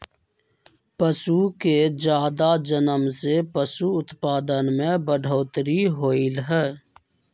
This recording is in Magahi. पशु के जादा जनम से पशु उत्पाद में बढ़ोतरी होलई ह